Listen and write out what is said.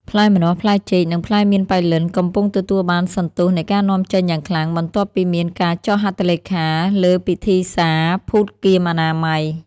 ផ្លែម្នាស់ ផ្លែចេក និងផ្លែមៀនប៉ៃលិន កំពុងទទួលបានសន្ទុះនៃការនាំចេញយ៉ាងខ្លាំង បន្ទាប់ពីមានការចុះហត្ថលេខាលើពិធីសារភូតគាមអនាម័យ។